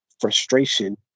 frustration